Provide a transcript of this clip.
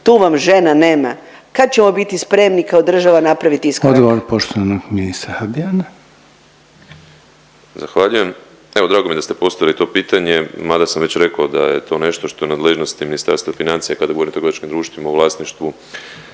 tu vam žena nema. Kad ćemo biti spremni kao država napraviti iskorak? **Reiner, Željko (HDZ)** Odgovor poštovanog ministra Habijana. **Habijan, Damir (HDZ)** Zahvaljujem. Evo drago mi je da ste postavili to pitanje mada sam već rekao da je to nešto što je u nadležnosti Ministarstva financija i kada govorim o trgovačkim društvima u vlasništvu